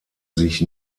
sich